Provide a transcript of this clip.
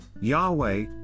Yahweh